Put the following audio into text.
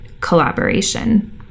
collaboration